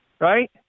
right